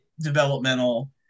developmental